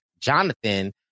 Jonathan